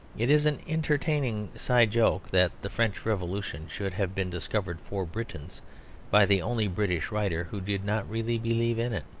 it is an entertaining side joke that the french revolution should have been discovered for britons by the only british writer who did not really believe in it.